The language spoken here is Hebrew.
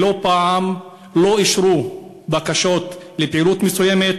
ולא פעם לא אישרו בקשות לפעילות מסוימת,